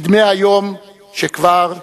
נדמה היום שכבר הכרענו.